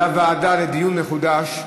לדיון מחודש,